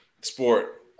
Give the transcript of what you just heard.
Sport